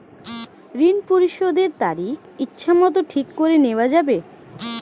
ঋণ পরিশোধের তারিখ ইচ্ছামত ঠিক করে নেওয়া যাবে?